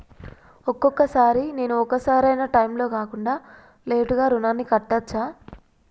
ఒక్కొక సారి నేను ఒక సరైనా టైంలో కాకుండా లేటుగా రుణాన్ని కట్టచ్చా?